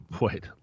wait